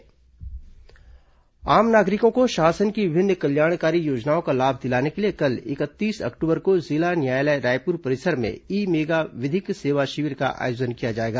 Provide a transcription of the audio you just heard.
ई mega शिविर आम नागरिकों को शासन की विभिन्न कल्याणकारी योजनाओं का लाभ दिलाने के लिए कल इकतीस अक्टूबर को जिला न्यायालय रायपुर परिसर में ई मेगा विधिक सेवा शिविर का आयोजन किया जाएगा